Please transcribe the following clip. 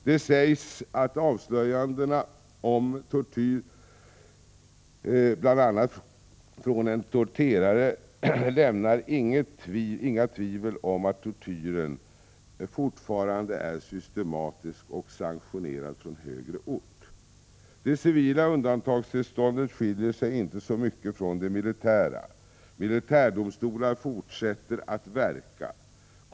Det sägs att avslöjandena om tortyr, bl.a. från en torterare, inte lämnar några tvivel om att tortyren fortfarande är systematisk och sanktionerad från högre ort. Det civila undantagstillståndet skiljer sig inte så mycket från det militära. Militärdomstolar fortsätter att verka.